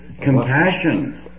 compassion